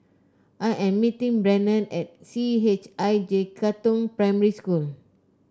I am meeting Brennen at C H I J Katong Primary School